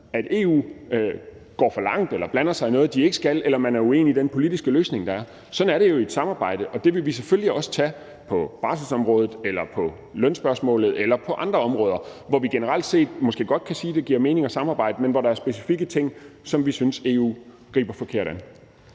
at EU går for langt eller blander sig i noget, de ikke skal, eller at man er uenig i den politiske løsning, der er. Sådan er det jo i et samarbejde, og det vil vi selvfølgelig også tage på barselsområdet eller i lønspørgsmålet eller på andre områder, hvor vi generelt set måske godt kan sige, at det giver mening at samarbejde, men hvor der er specifikke ting, som vi synes EU griber forkert an.